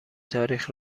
تاریخ